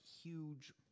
huge